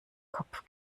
kopf